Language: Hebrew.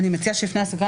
סיימנו?